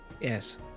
Yes